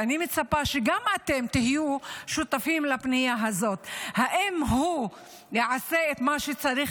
ואני מצפה שגם אתם תהיו שותפים לפנייה הזאת האם הוא יעשה את מה שצריך